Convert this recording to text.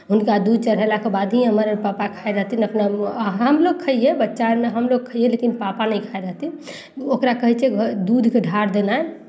हुनका दूध चढ़ेलाके बादे हमर पापा खाइ रहथिन अपना आ हमलोग खइयै बच्चामे हमलोग खइयै लेकिन पापा नहि खाइ रहथिन ओकरा कहै छै दूधके ढार देनाइ